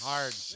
Hard